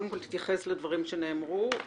תתייחס לדברים שנאמרו.